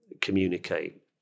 communicate